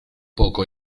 poco